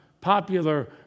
popular